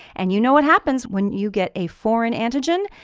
and you know what happens when you get a foreign antigen,